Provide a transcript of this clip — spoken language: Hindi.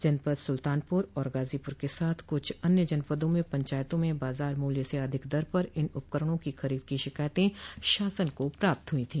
जनपद सुल्तानपुर और गाजीपुर के साथ कुछ अन्य जनपदों में पंचायतों में बाजार मूल्य से अधिक दर पर इन उपकरणों की खरीद की शिकायतें शासन को प्राप्त हुई थी